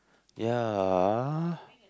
ya